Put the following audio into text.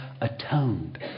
atoned